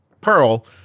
Pearl